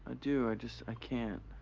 do, i just, i can't.